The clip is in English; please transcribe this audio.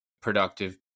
productive